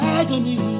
agony